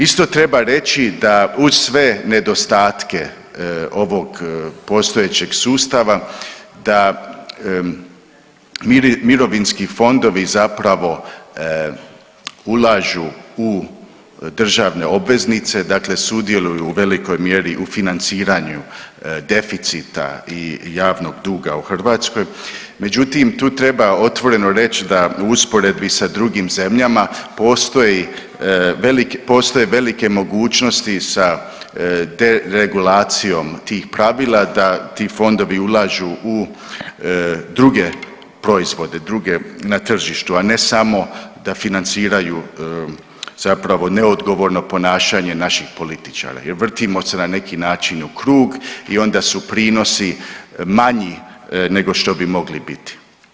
Isto treba reći da uz sve nedostatke ovog postojećeg sustava da mirovinski fondovi zapravo ulažu u državne obveznice, dakle sudjeluju u velikoj mjeri u financiranju deficita i javnog duga u Hrvatskoj, međutim tu treba otvoreno reć da u usporedbi sa drugim zemljama postoje velike mogućnosti sa deregulacijom tih pravila da ti fondovi ulažu u druge proizvode druge na tržištu, a ne samo da financiraju zapravo neodgovorno ponašanje naših političara jer vrtimo se na neki način u krug i onda su prinosi manji nego što bi mogli biti.